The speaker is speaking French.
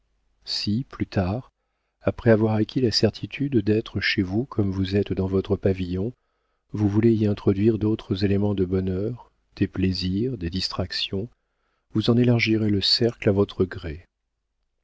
si plus tard après avoir acquis la certitude d'être chez vous comme vous êtes dans votre pavillon vous voulez y introduire d'autres éléments de bonheur des plaisirs des distractions vous en élargirez le cercle à votre gré